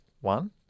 one